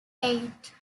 eight